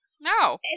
no